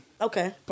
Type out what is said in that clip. Okay